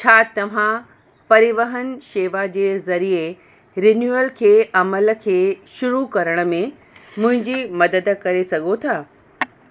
छा तव्हां परिवहन शेवा जे ज़रिए रिन्यूअल खे अमल खे शुरू करण में मुंहिंजी मदद करे सघो था